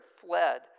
fled